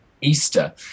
Easter